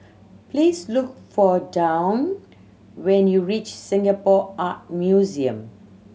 please look for Dawne when you reach Singapore Art Museum